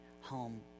home